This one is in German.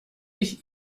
ich